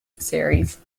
series